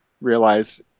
realize